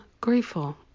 grateful